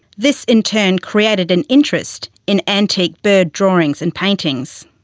this in turn created an interest in antique bird drawings and paintings.